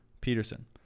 Peterson